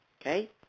okay